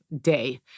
day